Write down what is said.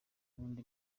nkunda